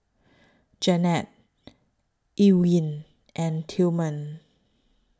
Janette Elwyn and Tillman